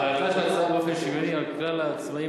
החלתה של ההצעה באופן שוויוני על כלל העצמאים